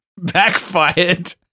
Backfired